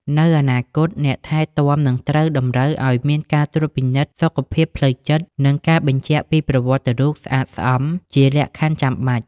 នៅអនាគត អ្នកថែទាំនឹងត្រូវតម្រូវឱ្យមានការត្រួតពិនិត្យសុខភាពផ្លូវចិត្ត និងការបញ្ជាក់ពីប្រវត្តិរូបស្អាតស្អំជាលក្ខខណ្ឌចាំបាច់។